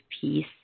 peace